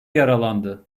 yaralandı